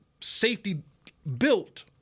safety-built